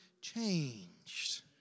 changed